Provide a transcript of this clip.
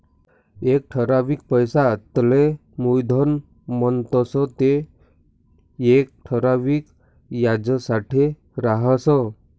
एक ठरावीक पैसा तेले मुयधन म्हणतंस ते येक ठराविक याजसाठे राहस